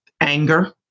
anger